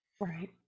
right